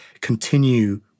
continue